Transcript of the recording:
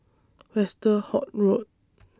Westerhout Road